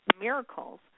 miracles